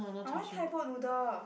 I want Thai boat noodle